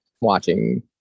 watching